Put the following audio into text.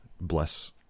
bless